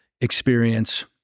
experience